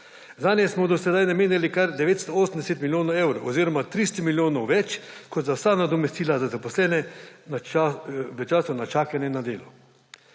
Zanje smo do sedaj namenili kar 980 milijonov evrov oziroma 300 milijonov več kot za vsa nadomestila za zaposlene v času na čakanju na delo.